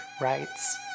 rights